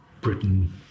Britain